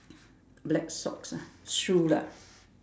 black socks ah shoe lah